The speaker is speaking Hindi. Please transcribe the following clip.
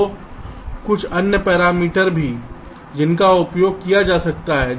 तो कुछ अन्य पैरामीटर भी हैं जिनका उपयोग किया जा सकता है